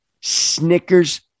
snickers